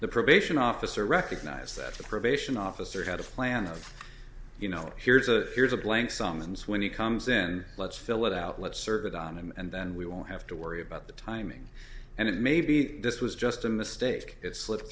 the probation officer recognized that the probation officer had a plan of you know here's a here's a blank songs when he comes in let's fill it out let's serve it on and then we will have to worry about the timing and maybe this was just a mistake it slipped